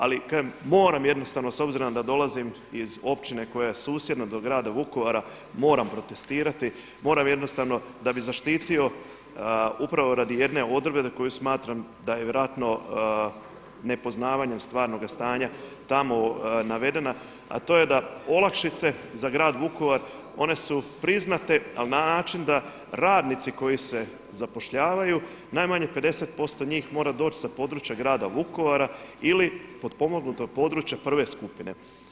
Ali kažem, moram jednostavno s obzirom da dolazim iz općine koja je susjedna do Grada Vukovara, moram protestirati, moram jednostavno da bi zaštitio upravo radi jedne odredbe za koju smatram da je vjerojatno nepoznavanje stvarnoga stanja tamo navedena, a to je da olakšice za Grad Vukovar one su priznate, ali na način da radnici koji se zapošljavaju najmanje 50 posto njih mora doći s područja Grada Vukovara ili potpomognutog područja prve skupine.